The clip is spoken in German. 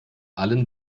allen